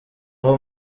aho